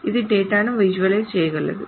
ఇది డేటాను విజువలైజ్ చేయగలదు